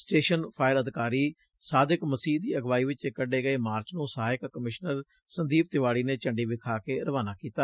station fire ਅਧਿਕਾਰੀ ਸਾਦਿਕ ਮਸੀਹ ਦੀ ਅਗਵਾਈ ਵਿਚ ਕਢੇ ਗਏ ਮਾਰਚ ਨੂੰ ਸਹਾਇਕ ਕਮਿਸ਼ਨਰ ਸੰਦੀਪ ਤਿਵਾੜੀ ਨੇ ਝੰਡੀ ਵਿਖਾ ਕੇ ਰਵਾਨਾ ਕੀਤਾ